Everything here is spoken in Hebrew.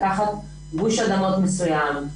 לקחת גוש אדמות מסוים,